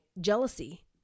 jealousy